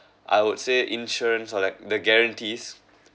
I would say insurance or like the guarantees